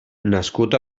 nascut